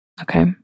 Okay